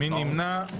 מי נמנע?